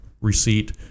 receipt